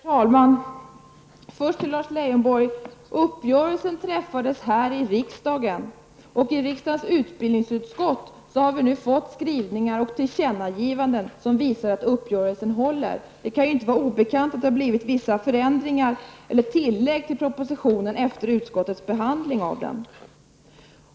Herr talman! Till Lars Leijonborg skulle jag vilja säga att uppgörelsen träffades här i riksdagen. I riksdagens utbildningsutskott har vi fått skrivningar och tillkännagivanden som visar att uppgörelsen håller. Det kan inte vara obekant att det har skett vissa förändringar eller tillägg till propositionen efter utskottets behandling av den.